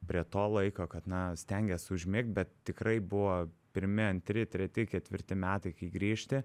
prie to laiko kad na stengies užmigt bet tikrai buvo pirmi antri treti ketvirti metai kai grįžti